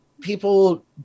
people